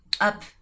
Up